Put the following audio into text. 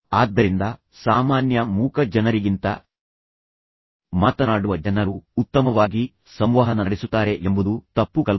ಆದ್ದರಿಂದ ಸಾಮಾನ್ಯ ಮೂಕ ಜನರಿಗಿಂತ ಮಾತನಾಡುವ ಜನರು ಉತ್ತಮವಾಗಿ ಸಂವಹನ ನಡೆಸುತ್ತಾರೆ ಎಂಬುದು ತಪ್ಪು ಕಲ್ಪನೆ